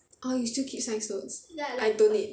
orh you still keep science notes I donate